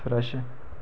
fresh